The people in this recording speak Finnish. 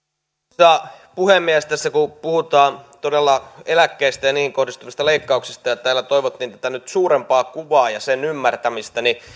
arvoisa puhemies tässä kun puhutaan todella eläkkeistä ja niihin kohdistuvista leikkauksista ja täällä toivottiin nyt tätä suurempaa kuvaa ja sen ymmärtämistä niin